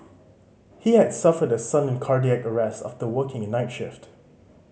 he had suffered a sudden cardiac arrest after working a night shift